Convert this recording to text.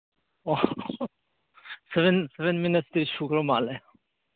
ꯑꯣ seven seven ꯃꯤꯅꯤꯠꯁꯇꯤ ꯁꯨꯈ꯭ꯔ ꯃꯥꯜꯂꯦ